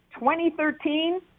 2013